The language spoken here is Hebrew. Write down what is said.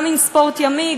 גם מספורט ימי,